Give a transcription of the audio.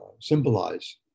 symbolize